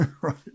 right